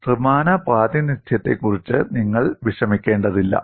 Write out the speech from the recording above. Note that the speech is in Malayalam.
ത്രിമാന പ്രാതിനിധ്യത്തെക്കുറിച്ച് നിങ്ങൾ വിഷമിക്കേണ്ടതില്ല